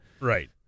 Right